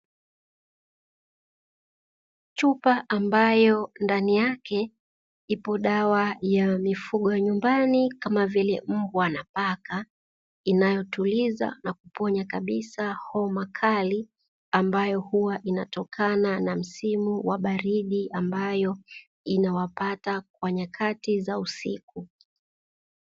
Chupa ambayo ndani yake ipo dawa ya mifugo nyumbani kama vile mbwa na paka inayotuliza na kuponya kabisa homa kali ambayo huwa inatokana na msimu wa baridi ambayo inawapata kwa nyakati za usiku.